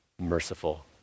merciful